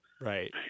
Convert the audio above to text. Right